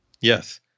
Yes